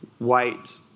white